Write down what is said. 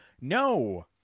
no